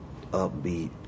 upbeat